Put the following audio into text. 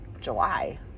july